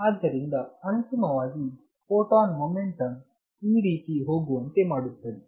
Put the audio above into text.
ಆದ್ದರಿಂದ ಅಂತಿಮವಾಗಿ photon momentum ಈ ರೀತಿ ಹೋಗುವಂತೆ ಮಾಡುತ್ತದೆ